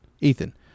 Ethan